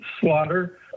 slaughter